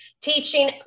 teaching